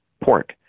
pork